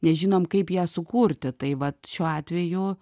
nežinom kaip ją sukurti tai vat šiuo atveju